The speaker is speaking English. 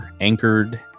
anchored